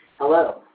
Hello